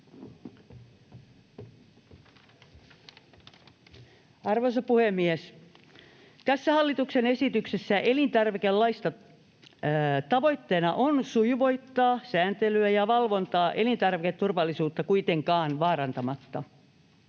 Arvoisa puhemies! Tässä hallituksen esityksessä elintarvikelaista on tavoitteena sujuvoittaa sääntelyä ja valvontaa, kuitenkaan elintarviketurvallisuutta vaarantamatta.